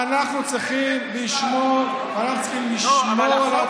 ואנחנו צריכים לשמור על עצמאות,